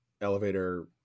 elevator